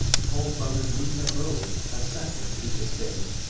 call'd from his mean abode a scepter to sustain.